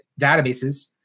databases